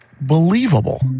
believable